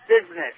business